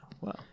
Wow